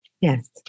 Yes